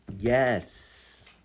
Yes